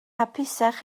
hapusach